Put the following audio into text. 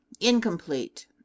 incomplete